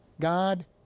God